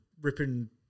ripping